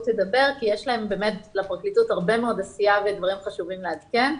תדבר כי יש לפרקליטות הרבה מאוד עשייה ודברים חשובים לעדכן.